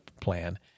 plan